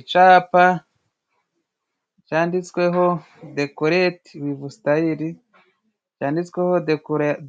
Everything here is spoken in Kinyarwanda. Icapa canditsweho Dekorete wivu sitayiri. Cyanditsweho